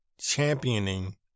championing